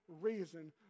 reason